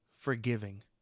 forgiving